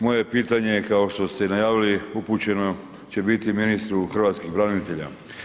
Moje pitanje je kao što ste i najavili upućeno će biti i ministru hrvatskih branitelja.